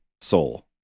soul